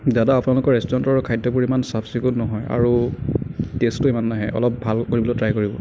দাদা আপোনালোকৰ ৰেষ্টুৰেণ্টৰ খাদ্যবোৰ ইমান চাফ চিকুণ নহয় আৰু টেষ্টো ইমান নাহে অলপ ভাল কৰিবলে ট্ৰাই কৰিব